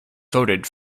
voted